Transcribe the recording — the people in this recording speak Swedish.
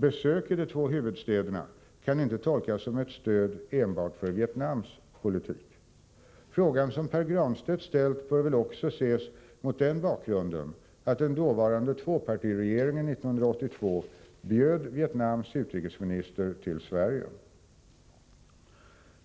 Besök i de två huvudstäderna kan inte tolkas som ett stöd enbart för Vietnams politik. Den fråga som Pär Granstedt ställt bör väl också ses mot den bakgrunden att den dåvarande tvåpartiregeringen 1982 bjöd Vietnams utrikesminister till Sverige.